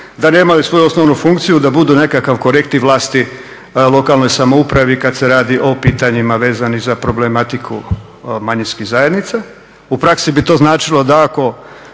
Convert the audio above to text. da nemaju svoju osnovnu funkciju da budu nekakav korektiv vlasti lokalnoj samoupravi kad se radi o pitanjima vezanim za problematiku manjinskih zajednica. U praksi bi to značilo da ako